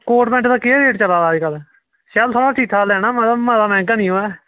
coat pant दा केह् rate चला दा अज्जकल शैल तोह्ड़ा ठीक ठाक लैना मता मैहंगा निं होऐ